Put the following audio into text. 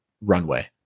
runway